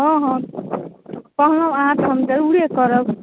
हँ हँ कहलहुॅं अहाँ तऽ हम जरुरे करब